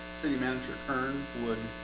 city manager earn would